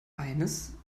eines